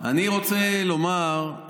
אני רוצה לומר,